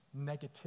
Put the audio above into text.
negativity